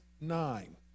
nine